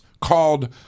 called